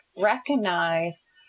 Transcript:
recognized